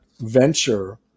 venture